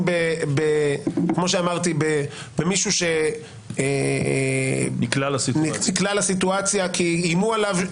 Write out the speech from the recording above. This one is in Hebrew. במישהו שנקלע לסיטואציה כי איימו עליו.